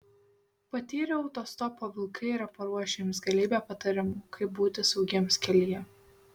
patyrę autostopo vilkai yra paruošę jums galybę patarimų kaip būti saugiems kelyje